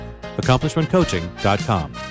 AccomplishmentCoaching.com